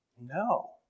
No